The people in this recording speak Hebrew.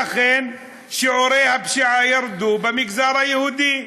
ואכן, שיעורי הפשיעה ירדו במגזר היהודי,